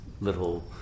little